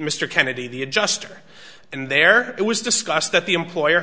mr kennedy the adjuster and there it was discussed that the employer